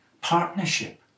partnership